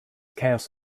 chaos